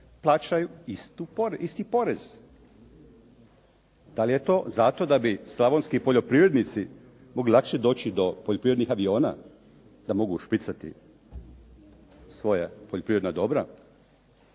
plaćaju isti porez. Da li je to zato da bi slavonski poljoprivrednici mogli lakše doći do poljoprivrednih aviona, da mogu špricati svoja poljoprivredna dobra?